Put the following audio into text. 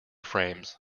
frames